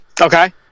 Okay